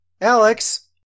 Alex